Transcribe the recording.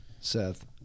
Seth